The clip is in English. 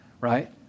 right